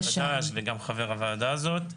עולה חדש וגם חבר הוועדה הזאת.